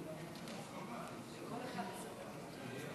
כל אחד עשר דקות?